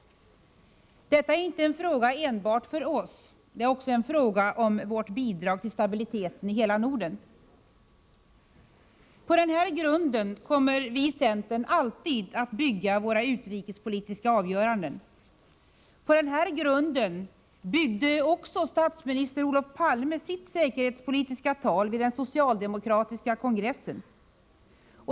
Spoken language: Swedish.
Detta är inte en fråga enbart för oss. Det är också en fråga om vårt bidrag till stabiliteten i hela Norden. På denna grund kommer vi i centern alltid att bygga våra utrikespolitiska avgöranden. På denna grund byggde också statsminister Olof Palme sitt säkerhetspolitiska tal vid den socialdemokratiska partikongressen.